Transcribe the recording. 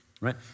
right